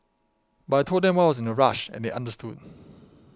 but I told them why I was in a rush and they understood